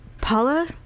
Paula